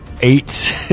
eight